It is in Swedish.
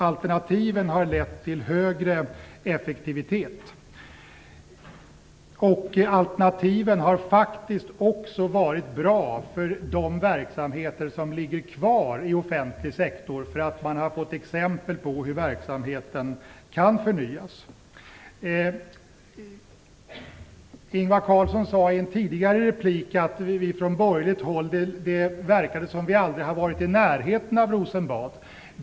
Alternativen har lett till en högre effektivitet. Alternativen har faktiskt också varit bra för de verksamheter som finns kvar i den offentliga sektorn. Man har fått exempel på hur verksamheten kan förnyas. Ingvar Carlsson sade i en tidigare replik att det verkade som om vi från borgerligt håll aldrig hade varit i närheten av Rosenbad.